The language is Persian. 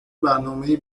برنامهای